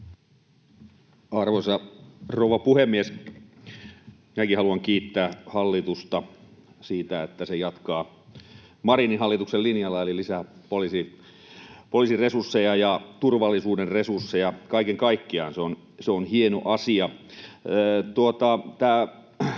Arvoisa rouva puhemies! Minäkin haluan kiittää hallitusta siitä, että se jatkaa Marinin hallituksen linjalla eli lisää poliisin resursseja ja turvallisuuden resursseja kaiken kaikkiaan. Se on hieno asia.